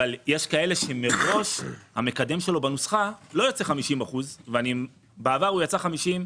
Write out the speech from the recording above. אבל יש כאלה שמראש המקדם שלהם בנוסחה לא יוצא 50%. בעבר הוא יצא 50%,